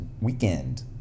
weekend